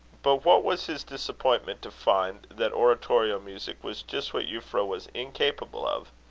but what was his disappointment to find that oratorio-music was just what euphra was incapable of!